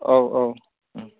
औ औ